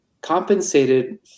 compensated